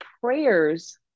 prayers